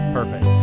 Perfect